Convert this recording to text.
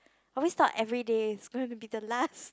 always thought every day is going be be the last